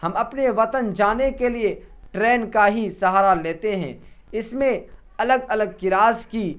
ہم اپنے وطن جانے کے لیے ٹرین کا ہی سہارا لیتے ہیں اس میں الگ الگ کلاس کی